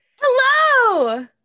Hello